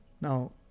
Now